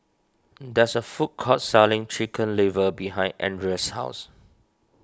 there is a food court selling Chicken Liver behind Andria's house